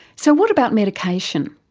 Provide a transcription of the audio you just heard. so what about medication?